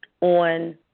on